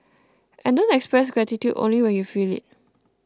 and don't express gratitude only when you feel it